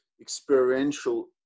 experiential